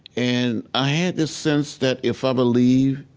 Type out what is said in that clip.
and i had this sense that, if i believed,